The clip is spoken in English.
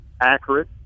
accurate